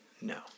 No